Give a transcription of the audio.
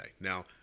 Now